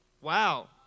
Wow